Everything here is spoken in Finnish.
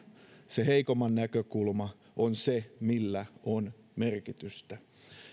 se heikomman näkökulma on se millä on merkitystä